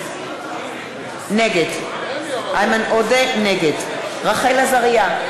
נגד רחל עזריה,